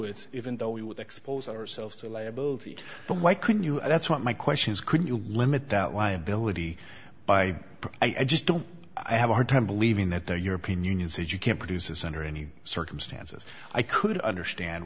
it even though we would expose ourselves to liability but why couldn't you that's what my question is could you limit that liability by i just don't i have a hard time believing that the european union says you can produce is under any circumstances i could understand